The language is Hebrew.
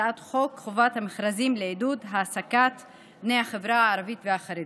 הצעת חוק חובת המכרזים לעידוד העסקת בני החברה הערבית והחרדית.